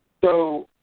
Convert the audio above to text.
so,